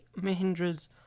Mahindra's